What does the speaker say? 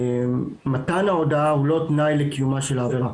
מתן ההודעה הוא לא תנאי לקיומה של העבירה.